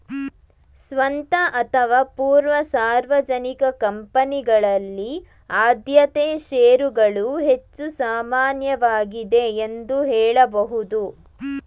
ಸ್ವಂತ ಅಥವಾ ಪೂರ್ವ ಸಾರ್ವಜನಿಕ ಕಂಪನಿಗಳಲ್ಲಿ ಆದ್ಯತೆ ಶೇರುಗಳು ಹೆಚ್ಚು ಸಾಮಾನ್ಯವಾಗಿದೆ ಎಂದು ಹೇಳಬಹುದು